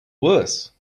worse